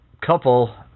couple